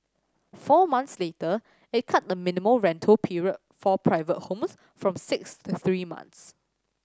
four months later it cut the minimum rental period for private homes from six to three months